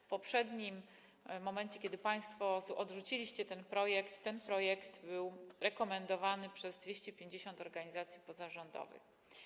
W poprzednim momencie, kiedy państwo odrzuciliście ten projekt, był on rekomendowany przez 250 organizacji pozarządowych.